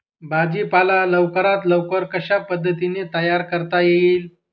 भाजी पाला लवकरात लवकर कशा पद्धतीने तयार करता येईल?